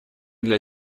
для